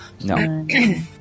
No